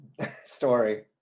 story